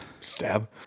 Stab